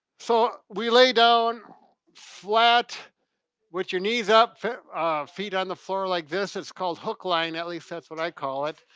so we lay down flat with your knees up, feet on the floor like this it's called hook line, at least that's what i call it.